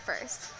first